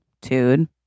dude